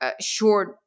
short